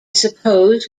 suppose